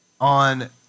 on